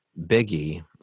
Biggie